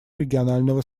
регионального